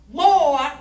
more